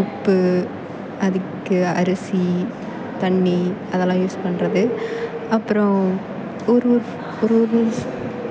உப்பு அதுக்கு அரிசி தண்ணி அதெல்லாம் யூஸ் பண்ணுறது அப்புறம் ஒரு ஒரு ஒரு ஒரு